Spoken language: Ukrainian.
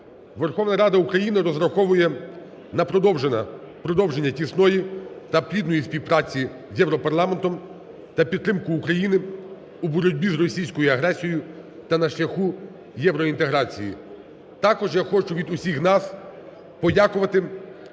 Верховна Рада України розраховує на продовження тісної та плідної співпраці з Європарламентом та підтримку України у боротьбі з російською агресією та на шляху євроінтеграції. Також я хочу від усіх нас подякувати